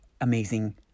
amazing